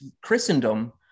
Christendom